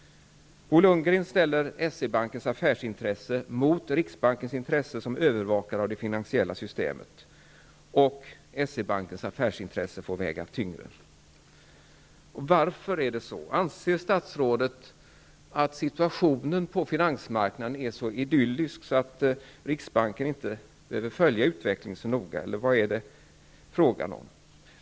Bo Lundgren ställer S-E-Bankens affärsintresse mot riksbankens intresse som övervakare av det finansiella systemet. Vidare får S-E-Bankens affärsintresse väga tyngre. Varför? Anser statsrådet att situationen på finansmarknaden är så idyllisk att riksbanken inte behöver följa utvecklingen så noga? Eller vad är det fråga om?